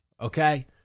okay